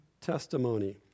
testimony